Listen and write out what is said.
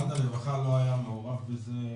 משרד הרווחה לא היה מעורב בזה,